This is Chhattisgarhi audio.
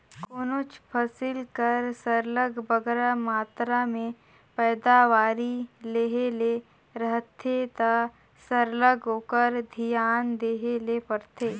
कोनोच फसिल कर सरलग बगरा मातरा में पएदावारी लेहे ले रहथे ता सरलग ओकर धियान देहे ले परथे